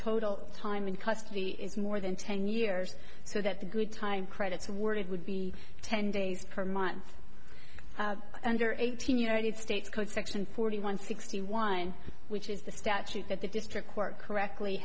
total time in custody is more than ten years so that the good time credits were it would be ten days per month under eighteen united states code section forty one sixty one which is the statute that the district court correctly